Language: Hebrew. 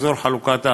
אזור חלוקת ההכנסות,